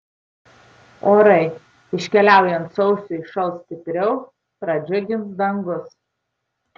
orai iškeliaujant sausiui šals stipriau pradžiugins dangus